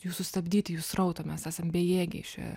jų sustabdyti jų srauto mes esam bejėgiai šioje